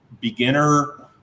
beginner